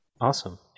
Awesome